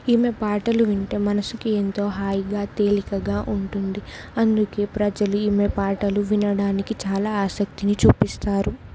ఈమె పాటలు వింటే మనసుకి ఎంతో హాయిగా తేలికగా ఉంటుంది అందుకే ప్రజలు ఈమె పాటలు వినడానికి చాలా ఆసక్తిని చూపిస్తారు